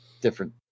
different